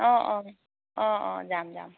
অঁ অঁ অঁ অঁ যাম যাম